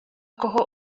кого